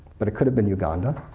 but it could've been uganda.